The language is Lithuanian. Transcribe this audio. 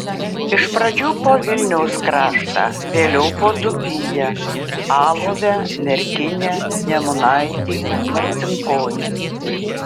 iš pradžių po vilniaus kraštą vėliau po dzūkiją alovę merkinę nemunaitį marcinkonis